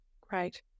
great